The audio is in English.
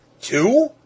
Two